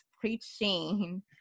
preaching